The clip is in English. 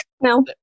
No